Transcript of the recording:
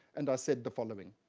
and said the following.